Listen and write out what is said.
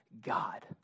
God